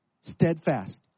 Steadfast